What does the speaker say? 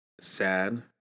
sad